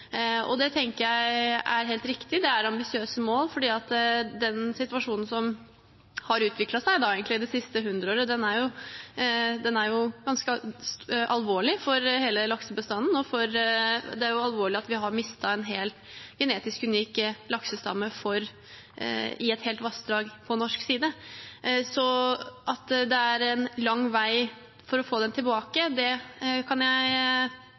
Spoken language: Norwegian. Det tenker jeg er helt riktig. Det er ambisiøse mål fordi den situasjonen som har utviklet seg det siste hundreåret, er ganske alvorlig for hele laksebestanden, og det er alvorlig at vi har mistet en hel genetisk unik laksestamme i et helt vassdrag på norsk side. Jeg forstår hvorfor ministeren framhevet i sitt svar at det er en lang vei å gå for å få den